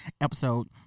episode